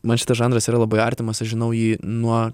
man šitas žanras yra labai artimas aš žinau jį nuo